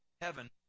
heaven